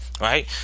Right